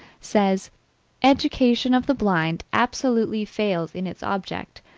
says education of the blind absolutely fails in its object,